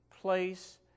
place